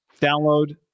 Download